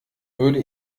würde